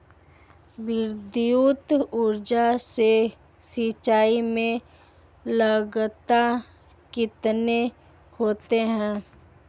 विद्युत ऊर्जा से सिंचाई में लागत कितनी होती है?